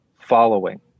following